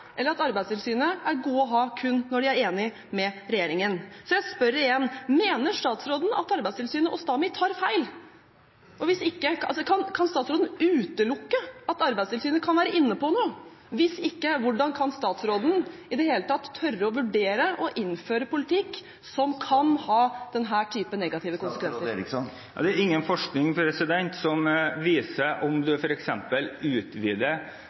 eller at Arbeidstilsynet er godt å ha kun når det er enig med regjeringen. Så jeg spør igjen: Mener statsråden at Arbeidstilsynet og STAMI tar feil? Kan statsråden utelukke at Arbeidstilsynet kan være inne på noe? Hvis ikke, hvordan kan statsråden i det hele tatt tørre å vurdere å innføre en politikk som kan ha denne typen negative konsekvenser? Det er ingen forskning som viser at om man f.eks. utvider